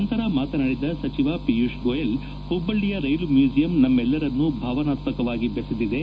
ನಂತರ ಮಾತನಾಡಿದ ಸಚಿವ ಪಿಯೂಷ್ ಗೋಯಲ್ ಹುಬ್ಬಳ್ಳಿಯ ರೈಲು ಮ್ಯೂಸಿಯಂ ನಮ್ಮೆಲ್ಲರನ್ನು ಭಾವನಾತ್ಮಕವಾಗಿ ಬೆಸೆದಿದೆ